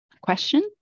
question